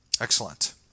excellent